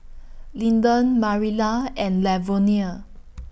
Linden Marilla and Lavonia